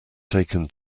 taken